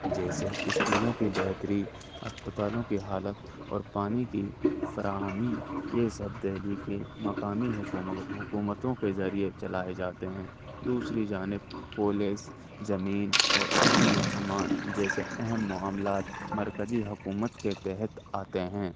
جیسے اسکولوں کی بہتری اسپتالوں کی حالت اور پانی کی فراہمی یہ سب دہلی کے مقامی حکومت حکومتوں کے ذریعے چلائے جاتے ہیں دوسری جانے پولیس زمین اور امن و امان جیسے اہم معاملات مرکزی حکومت کے تحت آتے ہیں